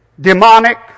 demonic